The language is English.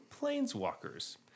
Planeswalkers